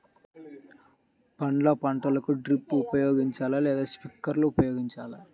పండ్ల పంటలకు డ్రిప్ ఉపయోగించాలా లేదా స్ప్రింక్లర్ ఉపయోగించాలా?